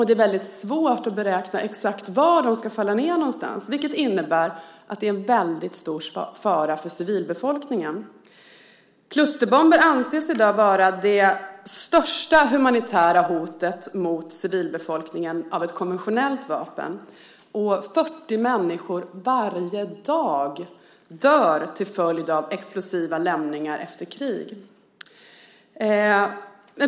Det är väldigt svårt att beräkna exakt var de ska falla ned någonstans, vilket innebär att de är en väldigt stor fara för civilbefolkningen. Klusterbomber anses i dag vara det största humanitära hotet mot civilbefolkningen från ett konventionellt vapen. Varje dag dör 40 människor till följd av explosiva lämningar efter krig.